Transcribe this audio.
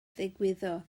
ddigwyddodd